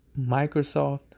Microsoft